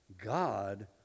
God